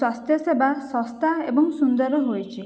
ସ୍ୱାସ୍ଥ୍ୟ ସେବା ଶସ୍ତା ଏବଂ ସୁନ୍ଦର ହୋଇଛି